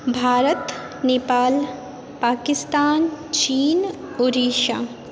भारत नेपाल पाकिस्तान चीन उड़ीसा